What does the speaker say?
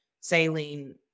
saline